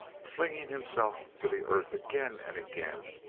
flinging himself to the earth again and again,